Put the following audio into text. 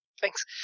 thanks